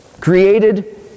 created